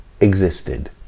existed